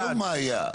עזוב מה היה.